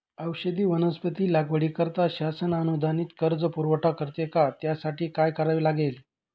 औषधी वनस्पती लागवडीकरिता शासन अनुदानित कर्ज पुरवठा करते का? त्यासाठी काय करावे लागेल?